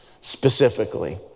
specifically